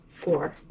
four